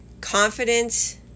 Confidence